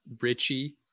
richie